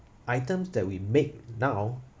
items that we make now